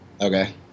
Okay